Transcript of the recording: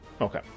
Okay